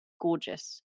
gorgeous